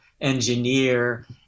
engineer